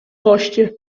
goście